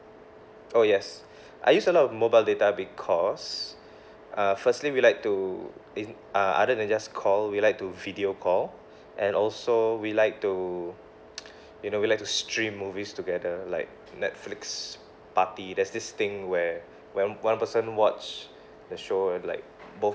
oh yes I use a lot of mobile data because uh firstly we like to in~ uh other than just call we like to video call and also we like to you know we like to stream movies together like netflix party there's this thing where when one person watch the show like both